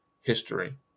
history